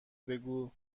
بگو